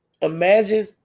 Imagine